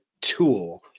tool